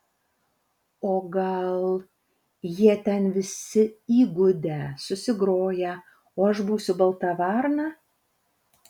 o gal jie ten visi įgudę susigroję o aš būsiu balta varna